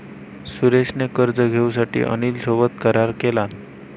सुरेश ने कर्ज घेऊसाठी अनिल सोबत करार केलान